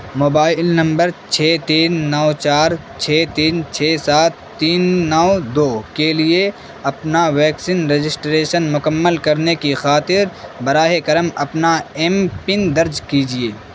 mobile number چھ تین نو چار چھ تین چھ سات تین نو دو کے لیے اپنا ویکسین رجسٹریشن مکمل کرنے کی خاطر براہ کرم اپنا ایم پن درج کیجیے